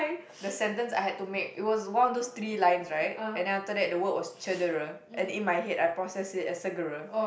the sentence I had to make it was one of those three lines right and then after that the word was cedera and in my head I process it as segera